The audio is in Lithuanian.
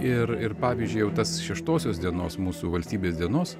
ir ir pavyzdžiui jau tas šeštosios dienos mūsų valstybės dienos